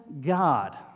God